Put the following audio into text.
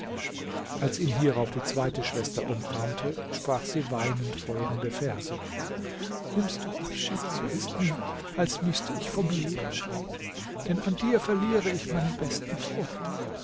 als ihn hierauf die zweite schwester umarmte sprach sie weinend folgende verse nimmst du abschied so ist mir als müßte ich vom leben scheiden denn an dir verliere ich meinen besten freund